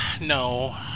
no